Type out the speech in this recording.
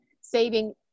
saving